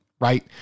right